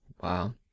Wow